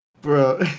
Bro